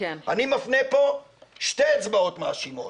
אני מפנה פה שתי אצבעות מאשימות.